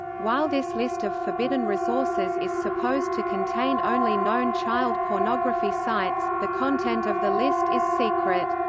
while this list of forbidden resources is supposed to contain only known child pornography sites, the content of the list is secret.